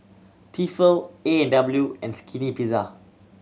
Tefal A and W and Skinny Pizza